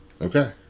Okay